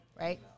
right